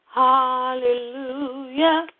hallelujah